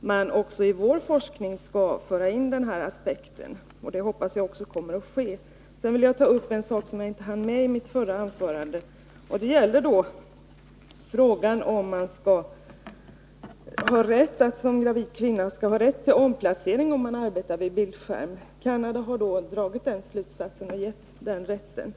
man också i vår forskning skall föra in den aspekt som jag har tagit upp i min fråga, och jag hoppas att det kommer att bli på det sättet. En sak som jag inte hann med i mitt förra anförande var frågan om man som gravid kvinna skall ha rätt till omplacering, om man arbetar vid bildskärm. I Canada har kvinnorna fått den rätten.